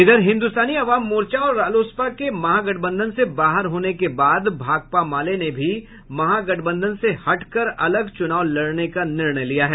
इधर हिन्दुस्तान अवाम मोर्चा और रालोसपा के महागठबंधन से बाहर होने के बाद भाकपा माले ने भी महागठबंधन से हटकर अलग चुनाव लड़ने का निर्णय लिया है